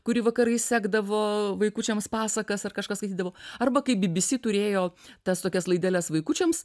kuri vakarais sekdavo vaikučiams pasakas ar kažką skaitydavo arba kaip bbc turėjo tas tokias laideles vaikučiams